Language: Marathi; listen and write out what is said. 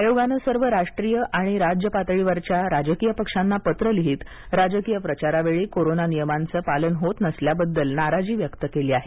आयोगानं सर्व राष्ट्रीय आणि राज्य पातळीवरच्या राजकीय पक्षांना पत्र लिहित राजकीय प्रचारावेळी कोरोना नियमांचं पालन होत नसल्याबद्दल नाराजी व्यक्त केली आहे